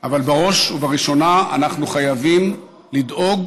אבל בראש ובראשונה אנחנו חייבים לדאוג